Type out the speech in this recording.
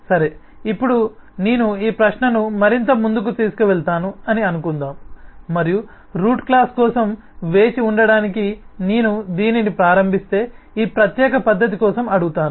సరే ఇప్పుడు నేను ఈ ప్రశ్నను మరింత ముందుకు తీసుకువెళతాను అని అనుకుందాం మరియు రూట్ క్లాస్ కోసం వేచి ఉండటానికి నేను దీనిని ప్రారంభిస్తే ఈ ప్రత్యేక పద్ధతి కోసం అడుగుతాను